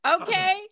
okay